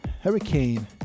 hurricane